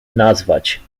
nazwać